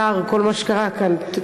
שר, כל מה שקרה כאן.